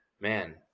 man